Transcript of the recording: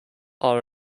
are